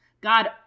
God